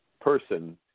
person